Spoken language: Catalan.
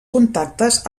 contactes